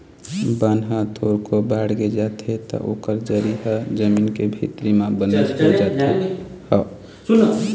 बन ह थोरको बाड़गे जाथे त ओकर जरी ह जमीन के भीतरी म बनेच हो जाथे